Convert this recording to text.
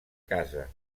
casa